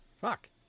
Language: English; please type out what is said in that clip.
Fuck